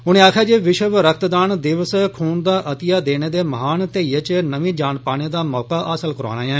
उनें आक्खेआ जे विश्व रक्तदान दिवस खून दा अतिया देने दे महान धैइयै च नमीं जान पाने दा मौका हासल करोआंदा ऐ